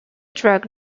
drug